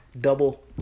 double